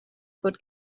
fod